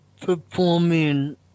performing